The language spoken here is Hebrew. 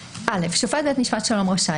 העברת עניינו של 220ב. (א) שופט בית משפט שלום רשאי,